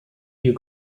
you